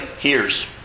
hears